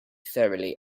thoroughly